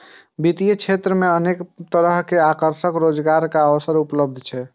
वित्तीय क्षेत्र मे अनेक तरहक आकर्षक रोजगारक अवसर उपलब्ध छै